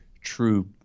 true